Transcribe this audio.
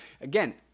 again